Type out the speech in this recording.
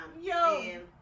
yo